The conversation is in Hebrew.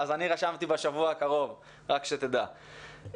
אני רשמתי בשבוע הקרוב, רק שתדע.